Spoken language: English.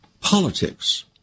Politics